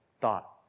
thought